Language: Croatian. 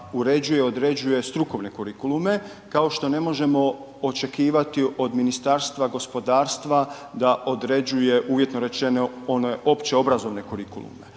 uređuje i određuje strukovne kurikulume kao što ne možemo očekivati od Ministarstva gospodarstva da određuje, uvjetno rečeno, one općeobrazovne kurikulume.